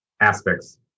aspects